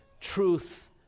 Truth